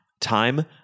time